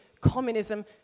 communism